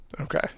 Okay